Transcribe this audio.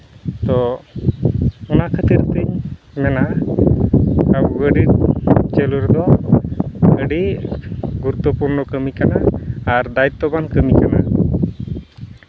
ᱛᱚ ᱚᱱᱟ ᱠᱷᱟᱹᱛᱤᱨ ᱛᱮ ᱢᱮᱱᱟ ᱜᱟᱹᱰᱤ ᱪᱟᱹᱞᱩ ᱨᱮᱦᱚᱸ ᱟᱹᱰᱤ ᱜᱩᱨᱩᱛᱛᱚᱯᱩᱨᱱᱚ ᱠᱟᱹᱢᱤ ᱠᱟᱱᱟ ᱟᱨ ᱫᱟᱭᱤᱛᱛᱚᱵᱟᱱ ᱠᱟᱹᱢᱤ ᱠᱟᱱᱟ